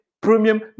premium